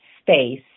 space